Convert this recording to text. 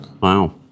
Wow